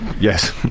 Yes